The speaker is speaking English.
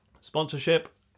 sponsorship